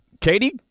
Katie